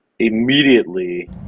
Immediately